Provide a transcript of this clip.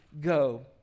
go